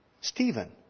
Stephen